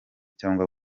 cyangwa